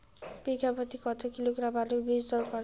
বিঘা প্রতি কত কিলোগ্রাম আলুর বীজ দরকার?